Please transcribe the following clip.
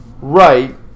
Right